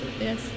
yes